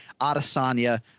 Adesanya